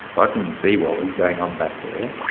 but and see what was going on back there.